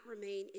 remain